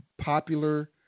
popular